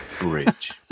bridge